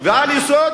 "ועל יסוד